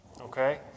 Okay